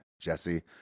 jesse